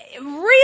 real